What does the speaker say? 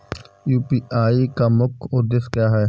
UPI का मुख्य उद्देश्य क्या है?